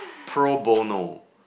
Pro bono